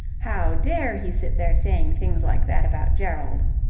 how dare he sit there saying things like that about gerald?